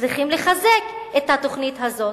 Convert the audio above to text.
צריכים לחזק את התוכנית הזאת.